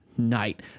night